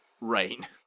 Right